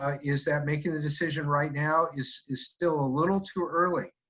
ah is that making the decision right now is is still a little too early,